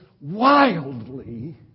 wildly